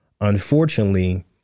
unfortunately